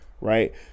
right